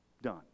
done